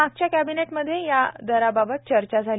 मागच्या कॅबिनेटमध्ये या दरा बाबत चर्चा झाली